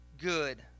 good